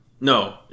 No